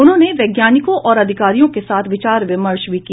उन्होंने वैज्ञानिकों और अधिकारियों के साथ विचार विमर्श भी किया